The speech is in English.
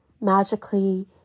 magically